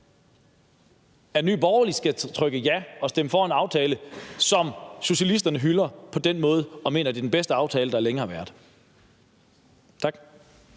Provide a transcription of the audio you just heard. at Nye Borgerlige skal trykke ja og stemme for en aftale, som socialisterne hylder på den måde og mener er den bedste aftale, der længe har været. Tak.